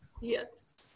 Yes